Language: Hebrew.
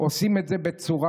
יש לך שתי אפשרויות אם את בסכנה,